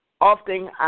often